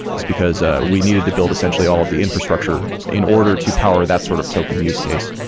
is because ah we needed to build essentially all of the infrastructure in order to power that sort of token use case,